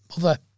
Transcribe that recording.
mother